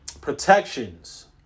protections